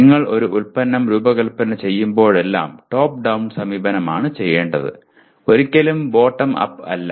നിങ്ങൾ ഒരു ഉൽപ്പന്നം രൂപകൽപ്പന ചെയ്യുമ്പോഴെല്ലാം ടോപ്പ് ഡൌൺ സമീപനമാണ് ചെയ്യേണ്ടത് ഒരിക്കലും ബോട്ടം അപ്പ് അല്ല